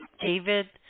David